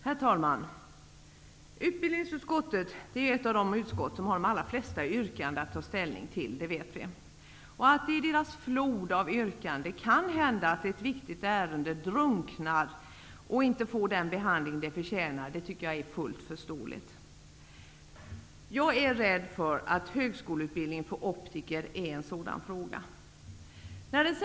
Herr talman! Utbildningsutskottet är ett av de utskott som har de allra flesta yrkanden att ta ställning till, det vet vi. Att det i denna flod av yrkanden kan hända att ett viktigt ärende drunknar och inte får den behandling det förtjänar är fullt förståeligt. Jag är rädd för att högskoleutbildningen för optiker är en sådan fråga.